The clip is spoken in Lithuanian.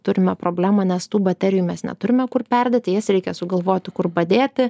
turime problemą nes tų baterijų mes neturime kur perdėti jas reikia sugalvoti kur padėti